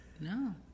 No